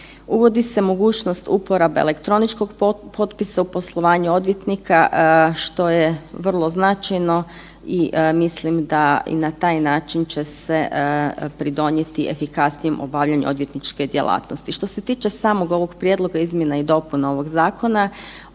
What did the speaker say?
Uvodi se mogućnost uporabe elektroničkog potpisa u poslovanju odvjetnika što je vrlo značajno i mislim da i na taj način će se pridonijeti efikasnijem obavljanju odvjetničke djelatnosti Što se tiče samog ovog prijedlog izmjena i dopuna ovog zakona